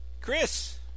Chris